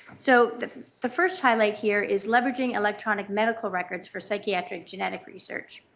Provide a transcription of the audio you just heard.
so the the first highlight here is leveraging electronic medical records for psychiatric genetic research.